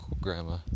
grandma